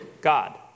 God